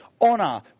honor